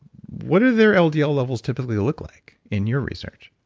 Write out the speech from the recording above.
what are their ldl ldl levels typically look like in your research?